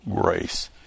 grace